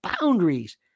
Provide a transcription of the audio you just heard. boundaries